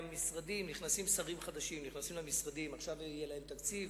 נכנסים שרים חדשים למשרדים, עכשיו יהיה להם תקציב,